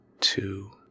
two